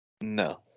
No